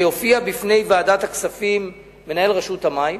ויופיע בפני ועדת הכספים מנהל רשות המים,